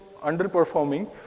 underperforming